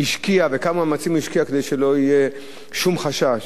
וכמה מאמצים הוא השקיע כדי שלא יהיה שום חשש.